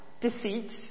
deceit